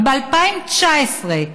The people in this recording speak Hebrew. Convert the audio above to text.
אבל ב-2019,